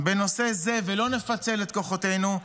בנושא זה ולא נפצל את כוחותינו,